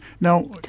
Now